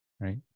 right